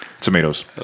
Tomatoes